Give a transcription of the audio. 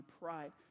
pride